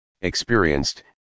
experienced